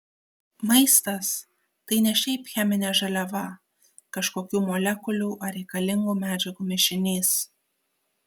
maistas tai ne šiaip cheminė žaliava kažkokių molekulių ar reikalingų medžiagų mišinys